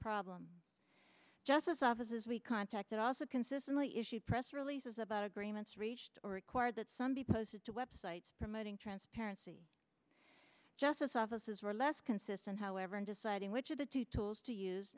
problem just as offices we contacted also consistently issued press releases about agreements reached or required that some be posted to websites promoting transparency just as offices were less consistent however in deciding which of the two tools to use